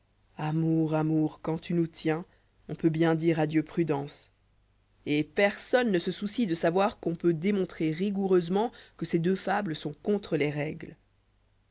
amour amour quand tu nous tiens on peut bien due adieu prudence et suiv j desla fable y etpersonne ne se soucie de savoir qu'on peut démontrer rigoureusement que ces deux fables sont contre les règles